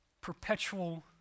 perpetual